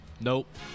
Nope